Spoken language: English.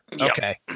Okay